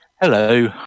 Hello